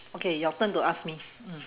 okay your turn to ask me mm